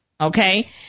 Okay